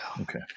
Okay